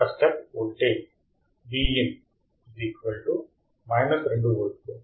ఒక step voltage Vin 2 వోల్ట్లు